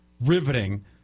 riveting